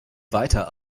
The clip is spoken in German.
weiter